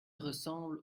ressemble